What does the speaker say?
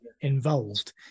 involved